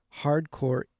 hardcore